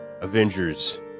Avengers